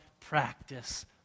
practice